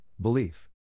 belief